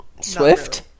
Swift